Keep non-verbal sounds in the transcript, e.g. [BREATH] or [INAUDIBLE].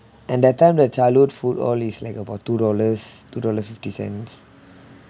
and that time the childhood food all is like about two dollars two dollar fifty cents [BREATH]